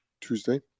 Tuesday